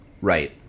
Right